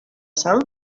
sang